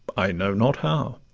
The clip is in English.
i know not how